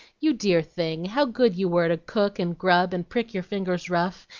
you dear thing! how good you were to cook, and grub, and prick your fingers rough,